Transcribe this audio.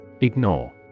Ignore